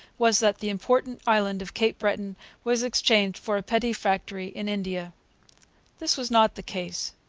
was that the important island of cape breton was exchanged for a petty factory in india this was not the case.